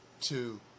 two